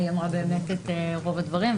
היא אמרה באמת את רוב הדברים,